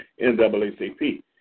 NAACP